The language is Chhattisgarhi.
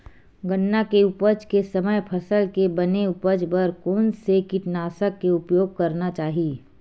गन्ना के उपज के समय फसल के बने उपज बर कोन से कीटनाशक के उपयोग करना चाहि?